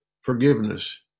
forgiveness